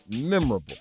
memorable